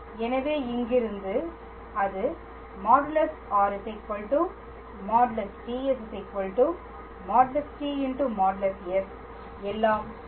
எனவே இங்கிருந்து அது | r || ts || t || s | எல்லாம் சரி